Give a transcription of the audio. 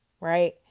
right